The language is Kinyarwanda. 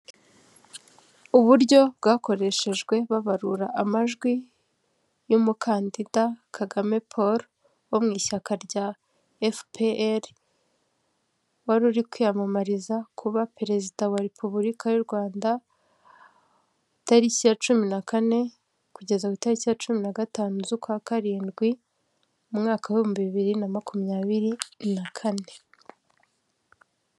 Uburyo bwakoreshejwe babarura amajwi y'umukandida KAGAME Pau,l wo mu ishyaka rya FPR wari uri kwiyamamariza kuba perezida wa Repubulika y'u Rwanda tariki ya cumi na kane, kugeza ku itariki ya cumi na gatanu z'ukwa Karindwi mu mwaka w'ibihumbi bibiri na makumyabiri na kane.